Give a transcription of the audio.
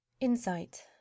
Insight